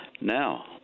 Now